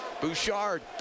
Bouchard